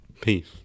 Peace